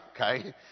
okay